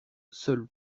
seule